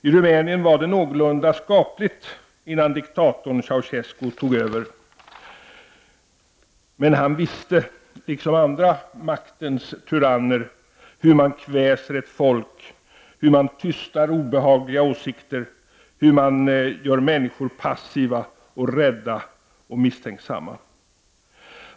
I Rumänien var förhållandena någorlunda skapliga innan diktatorn Ceausescu tog över. Men han visste, liksom andra maktens tyranner, hur man kväser ett folk, hur man tystar obehagliga åsikter, hur man gör människor passiva, rädda och misstänksamma.